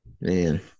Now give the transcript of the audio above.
Man